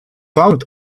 found